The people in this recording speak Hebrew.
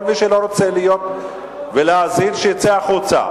כל מי שלא רוצה להיות ולהאזין, שיצא החוצה.